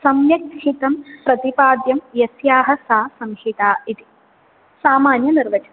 सम्यक् हितं प्रतिपाद्यं यस्याः सा संहिता इति सामान्यनिर्वचनम्